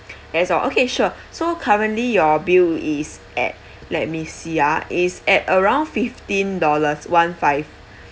that's all okay sure so currently your bill is at let me see ah is at around fifteen dollars one five